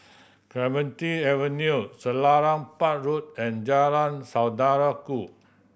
Clementi Avenue Selarang Park Road and Jalan Saudara Ku